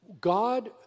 God